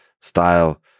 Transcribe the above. style